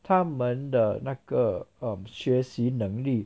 他们的那个 um 学习能力